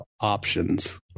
options